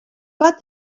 got